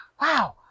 wow